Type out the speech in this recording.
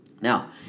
Now